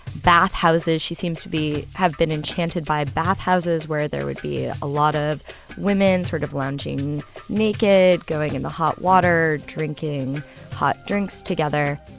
bathhouses, she seems to be have been enchanted by bathhouses where there would be a lot of women sort of lounging naked, going in the hot water, drinking hot drinks together